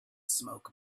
smoke